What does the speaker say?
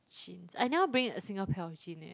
jeans I never bring a single pair of jean eh